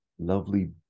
Lovely